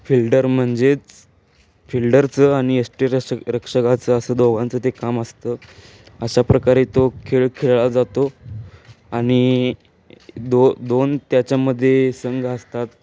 fielder म्हणजेच फिल्डरचं आणि यष्टीरक्ष रक्षकाचं असं दोघांचं ते काम असतं अशा प्रकारे तो खेळ खेळला जातो आणि दो दोन त्याच्यामध्ये संघ असतात